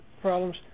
problems